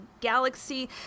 Galaxy